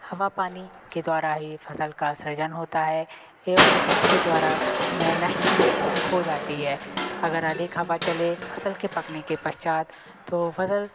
हवा पानी के द्वारा ही फसल का सृजन होता है एवं इसी के द्वारा वह नष्ट भी हो जाती है अगर अधिक हवा चले फसल के पकने के पश्चात तो फसल